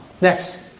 Next